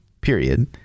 period